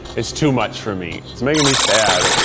it's too much for me. it's making me sad.